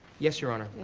yes your honor.